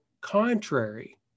contrary